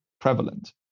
prevalent